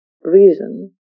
reason